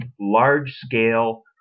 large-scale